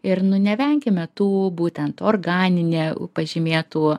ir nu nevenkime tų būtent organinė pažymėtų